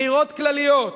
בחירות כלליות.